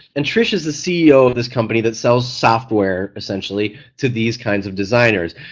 and trish is the ceo of this company that sells software essentially to these kinds of designers,